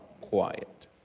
quiet